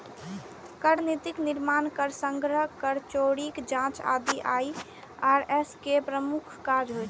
कर नीतिक निर्माण, कर संग्रह, कर चोरीक जांच आदि आई.आर.एस के प्रमुख काज होइ छै